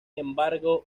embargo